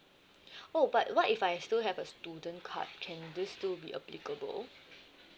oh but what if I still have a student card can this still be applicable